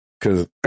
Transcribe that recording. Cause